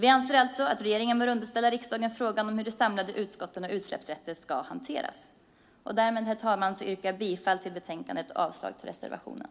Vi anser alltså att regeringen bör underställa riksdagen frågan om hur det samlade överskottet av utsläppsrätter ska hanteras. Därmed, herr talman, yrkar jag bifall till förslaget i betänkandet och avslag på reservationen.